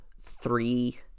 three